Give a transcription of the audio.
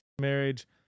marriage